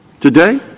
today